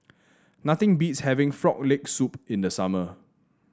nothing beats having Frog Leg Soup in the summer